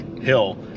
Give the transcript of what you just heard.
hill